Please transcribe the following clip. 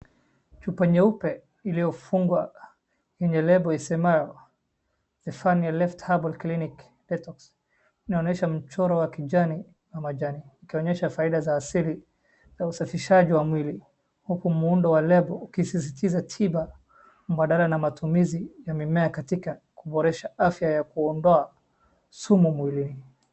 Chupa nyeupe iliyofungwa yenye lebo isemayo, "Zephania Life Herbal Clinic Detox", inaonesha mchoro wa kijani ama jani, ikionyesha faida za asili na usafishaji wa mwili huku muundo wa lebo ukisisitiza tiba, madhara na matumizi ya mimea katika kuboresha afya ya kuondoa sumu mwilini.